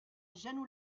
jeannot